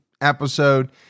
episode